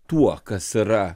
tuo kas yra